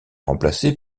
remplacé